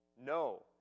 No